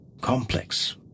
complex